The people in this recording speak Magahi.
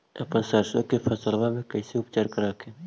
अपन सरसो के फसल्बा मे कैसे उपचार कर हखिन?